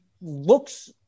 looks